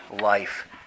life